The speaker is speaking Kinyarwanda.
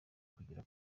kugera